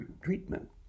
treatment